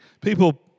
People